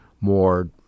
more